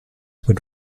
would